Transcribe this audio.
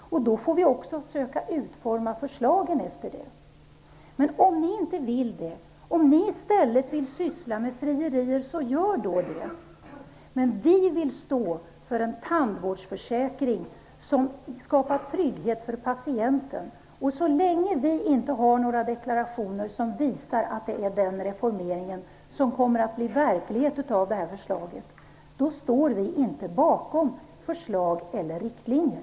Vi får också försöka utforma förslagen efter det. Men om ni inte vill göra det, och i stället vill syssla med frierier, skall ni göra det. Vi vill stå för en tandvårdsförsäkring som skapar trygghet för patienten. Så länge vi inte får några deklarationer som visar att det är den reformeringen som kommer att bli verklighet, står vi inte bakom förslag eller riktlinjer.